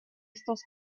estos